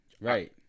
Right